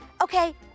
Okay